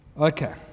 Okay